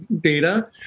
data